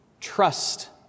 trust